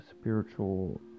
spiritual